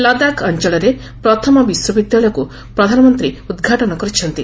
ଲଦାଖ୍ ଅଞ୍ଚଳରେ ପ୍ରଥମ ବିଶ୍ୱବିଦ୍ୟାଳୟକୁ ପ୍ରଧାନମନ୍ତ୍ରୀ ଉଦ୍ଘାଟନ କରିଛନ୍ତି